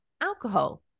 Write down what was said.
alcohol